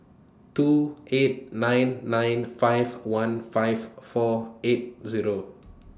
two eight nine nine five one five four eight Zero